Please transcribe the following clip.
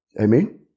Amen